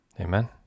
Amen